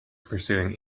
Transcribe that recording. pursuing